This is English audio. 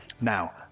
Now